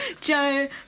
Joe